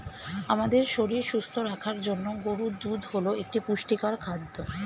আমাদের শরীর সুস্থ রাখার জন্য গরুর দুধ হল একটি পুষ্টিকর খাদ্য